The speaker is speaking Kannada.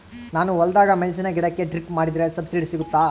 ನಾನು ಹೊಲದಾಗ ಮೆಣಸಿನ ಗಿಡಕ್ಕೆ ಡ್ರಿಪ್ ಮಾಡಿದ್ರೆ ಸಬ್ಸಿಡಿ ಸಿಗುತ್ತಾ?